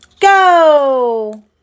go